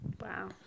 Wow